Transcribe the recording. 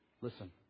Listen